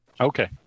okay